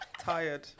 tired